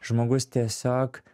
žmogus tiesiog